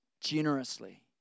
generously